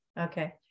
okay